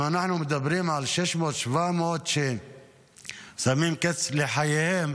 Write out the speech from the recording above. אם אנחנו מדברים על 600 700 ששמים קץ לחייהם,